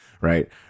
right